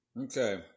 Okay